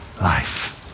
life